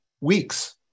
weeks